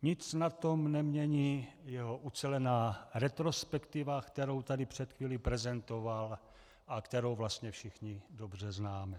Nic na tom nemění jeho ucelená retrospektiva, kterou tady před chvílí prezentoval a kterou vlastně všichni dobře známe.